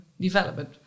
development